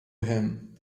him